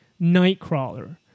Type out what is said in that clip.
Nightcrawler